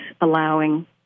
allowing